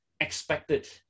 expected